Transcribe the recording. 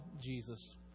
Jesus